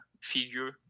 figure